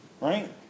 right